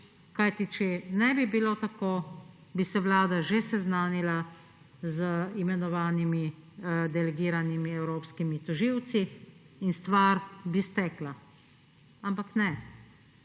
Kajti če ne bi bilo tako, bi se Vlada že seznanila z imenovanimi delegiranimi evropskimi tožilci in stvar bi stekla. Ampak ne;